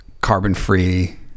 carbon-free